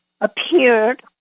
appeared